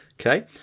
Okay